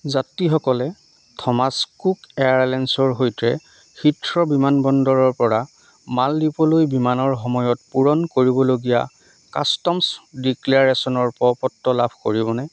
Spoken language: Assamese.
যাত্ৰীসকলে থমাছ কুক এয়াৰলাইনছৰ সৈতে হিথ্ৰ' বিমানবন্দৰৰ পৰা মালদ্বীপলৈ বিমানৰ সময়ত পূৰণ কৰিবলগীয়া কাষ্টমছ ডিক্লেয়াৰেশ্যনৰ প্ৰ পত্ৰ লাভ কৰিবনে